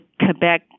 Quebec